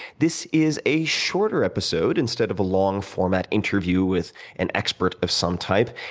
this is a shorter episode, instead of a long format interview with an expert of some type.